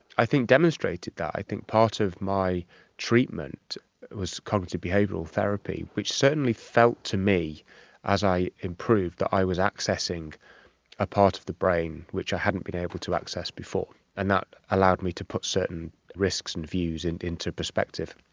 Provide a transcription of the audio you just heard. i think demonstrated that. i think part of my treatment was cognitive behavioural therapy, which certainly felt to me as i improved that i was accessing a part of the brain which i hadn't been able to access before, and that allowed me to put certain risks and views and into perspective.